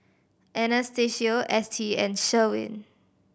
Anastacio Ettie and Sherwin